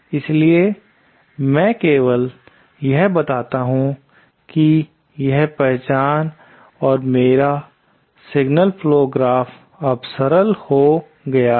इसलिए मैं केवल यह बताता हूं कि यह पहचान और मेरा सिग्नल फ्लो ग्राफ अब सरल हो गया है